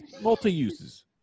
multi-uses